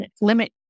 limit